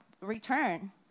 return